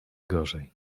gorzej